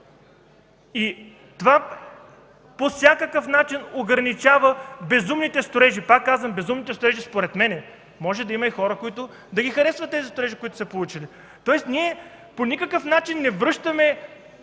Това по всякакъв начин ограничава безумните строежи, пак казвам, според мен. Може да има и хора, които да харесват тези строежи, които са се получили. Тоест, ние по никакъв начин не връщаме